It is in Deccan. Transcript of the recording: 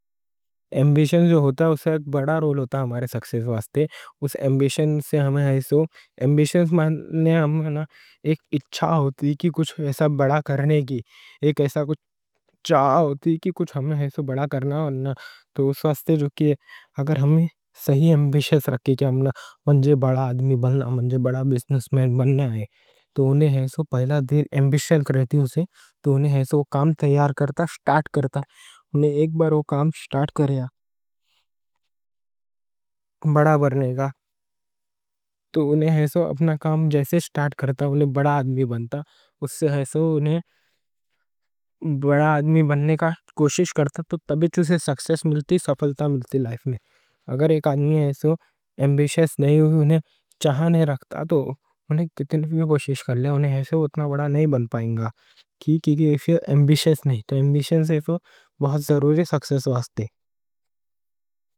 ایمبیشن جو ہوتا ہے، اُس سے ایک بڑا رول ہوتا ہے ہمارے سکسس واسطے۔ ایمبیشن میں ایک اِچھّا ہوتی ہے کہ کچھ ایسا بڑا کرنے کی۔ ایک ایسا چاہ ہوتی ہے کہ ہمیں بڑا کرنا۔ تو اس واسطے اگر ہم صحیح ایمبیشن رکھیں کہ ہم بڑا آدمی بننا، بڑا بِزنس مین بننا آئے تو پہلے ایمبیشن کرتی، تو انہیں کام تیار کرتا، اسٹارٹ کرتا۔ ایک بار وہ کام اسٹارٹ کیا بڑا بننے کا، تو انہیں اپنا کام جیسے اسٹارٹ کرتا، انہیں بڑا آدمی بنتا۔ اُس سے انہیں بڑا آدمی بننے کی کوشش کرتا۔ تو تب ہی اسے سکسس ملتی، سفلتہ ملتی لائف میں۔ اگر ایک آدمی ایمبیشن نہیں، انہیں چاہ نہیں رکھتا، تو انہیں کتنے بھی کوشش کر لیں، انہیں اتنا بڑا نہیں بن پائے گا۔ ایمبیشن سے ایفورٹ بہت ضروری سکسس واسطے۔